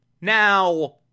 Now